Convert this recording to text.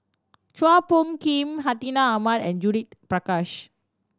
Chua Phung Kim Hartinah Ahmad and Judith Prakash